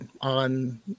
on